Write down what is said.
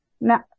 now